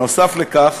נוסף על כך,